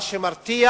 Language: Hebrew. מה שמרתיע